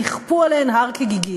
נכפו עליהן הר כגיגית.